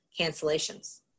cancellations